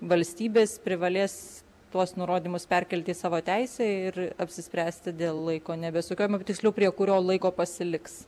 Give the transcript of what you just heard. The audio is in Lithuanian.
valstybės privalės tuos nurodymus perkelti į savo teisę ir apsispręsti dėl laiko nebesukiojimo bet tiksliau prie kurio laiko pasiliks